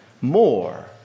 more